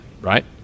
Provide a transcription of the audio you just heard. right